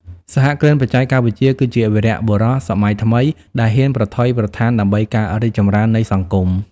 សហគ្រិនបច្ចេកវិទ្យាគឺជាវីរបុរសសម័យថ្មីដែលហ៊ានប្រថុយប្រថានដើម្បីការរីកចម្រើននៃសង្គម។